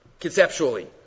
Conceptually